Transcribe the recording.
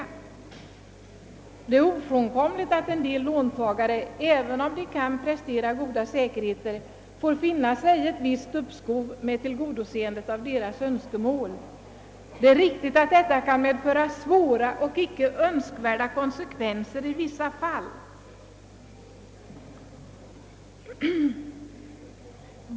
I det spända ekonomiska läge vi befunnit oss i under de senaste åren och som alltjämt råder, är det ofrånkomligt att en del låntagare, även om de t.ex. kan prestera goda säkerheter, måste finna sig i ett uppskov med tillgodoseendet av deras önskemål». Det är riktigt att detta kan medföra svåra och icke önskvärda konsekvenser i vissa fall.